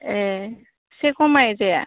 ए एसे खमायजाया